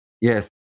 Yes